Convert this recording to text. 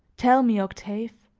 tell me, octave,